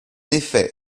effet